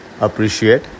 appreciate